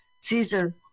Caesar